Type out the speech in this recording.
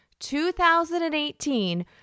2018